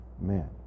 man